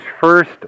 first